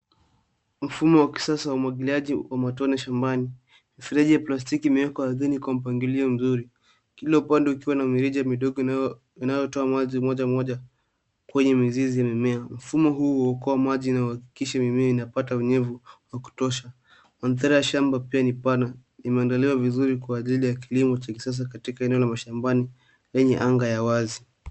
Mfumo wa kisasa wa umwagiliaji wa matone shambani. Mifereji ya plastiki imewekwa ardhini kwa mpangilio mzuri. Kila upande ukiwa na mirija midogo inayotoa maji moja moja kwenye mizizi ya mimea. Mfumo huu huokoa maji na huhakikisha mimea inapata unyevu wa kutosha. Mandhari ya shamba pia ni pana imeandaliwa vizuri kwa ajili ya kilimo cha kisasa katika eneo la mashambani lenye anga ya wazi.